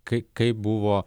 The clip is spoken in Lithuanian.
kai kaip buvo